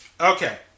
Okay